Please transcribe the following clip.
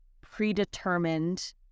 predetermined